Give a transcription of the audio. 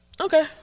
Okay